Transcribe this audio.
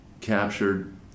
captured